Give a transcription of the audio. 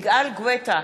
יגאל גואטה,